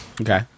Okay